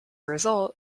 result